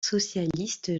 socialiste